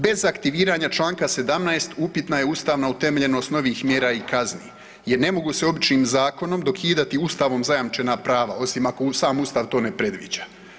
Bez aktiviranja čl. 17. upitna je ustavna utemeljenost novih mjera i kazni jer ne mogu se običnim zakonom dokidati ustavom zajamčena prava osim ako sam ustav to ne predviđa.